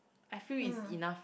I feel is enough